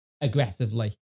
aggressively